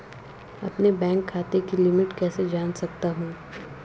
अपने बैंक खाते की लिमिट कैसे जान सकता हूं?